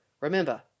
Remember